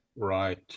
right